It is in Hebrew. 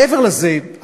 מעבר לזה,